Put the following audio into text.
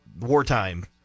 wartime